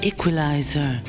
Equalizer